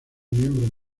miembro